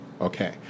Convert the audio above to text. okay